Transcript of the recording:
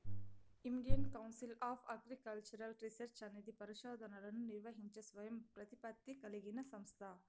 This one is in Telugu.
Indian council of agricultural research అనేది పరిశోధనలను నిర్వహించే స్వయం ప్రతిపత్తి కలిగిన సంస్థ